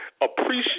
appreciate